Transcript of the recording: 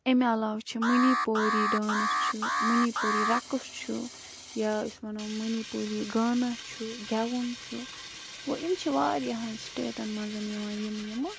اَمہِ عَلاوٕ چھِ مٔنی پوری ڈانٕس چھُ مٔنی پوٗری رَکٕس چھُ یا أسۍ وَنو مٔنی پوٗری گانا چھُ گٮ۪وُن چھُ گوٚو یِم چھِ واریاہَن سِٹیٹَن منٛز یِوان یِمہٕ یِمہٕ